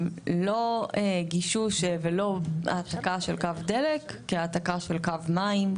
לא גישוש ולא העתקה של קו דלק כהעתקה של קו מים,